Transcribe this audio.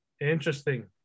interesting